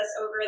over